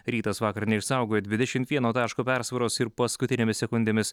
rytas vakar neišsaugojo dvidešimt vieno taško persvaros ir paskutinėmis sekundėmis